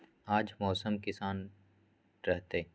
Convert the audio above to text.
आज मौसम किसान रहतै?